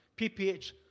PPH